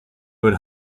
with